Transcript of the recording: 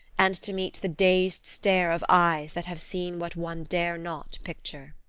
and to meet the dazed stare of eyes that have seen what one dare not picture.